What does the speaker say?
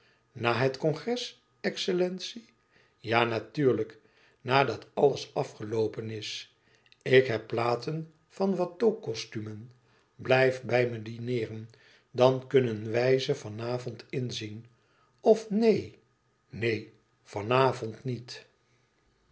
na het congres excellentie ja natuurlijk nadat alles afgeloopen is ik heb platen van watteau costumen blijf bij me dineeren dan kunnen wij ze van avond inzien of neen neen van avond niet